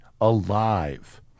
alive